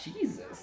Jesus